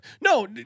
No